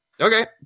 Okay